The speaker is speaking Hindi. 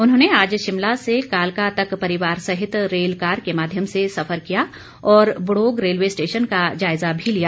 उन्होंने आज शिमला से कालका तक परिवार सहित रेलकार के माध्यम से सफर किया और बड़ोग रेलवे स्टेशन का जायजा भी लिया